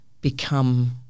become